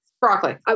Broccoli